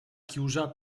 chiusa